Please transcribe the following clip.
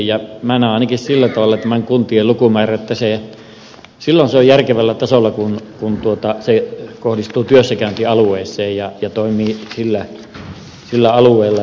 minä näen ainakin sillä tavalla tämän kuntien lukumäärän että silloin se on järkevällä tasolla kun se kohdistuu työssäkäyntialueeseen ja toimii sillä alueella